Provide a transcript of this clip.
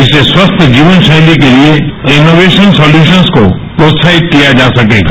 इससे स्वस्थ जीवनशैली के लिए इनोवेशन सोल्यूशन्स को प्रोत्साहित किया जा सकेगा